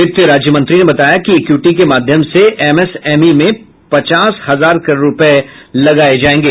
वित्त राज्य मंत्री ने बताया कि इक्विटी के माध्यम से एमएसएमई में पचास हजार करोड रुपए लगाए जाएंगे